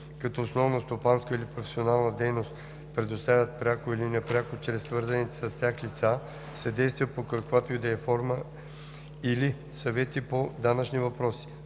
като основна стопанска или професионална дейност предоставят, пряко или непряко чрез свързани с тях лица, съдействие под каквато и да е форма или съвети по данъчни въпроси;“.